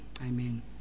amen